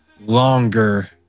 longer